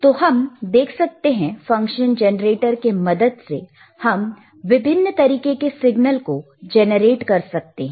तो हम देख सकते हैं फंक्शन जनरेटर के मदद से हम विभिन्न तरीके के सिग्नल को जनरेट कर सकते हैं